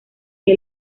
que